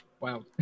wow